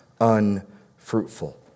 unfruitful